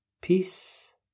peace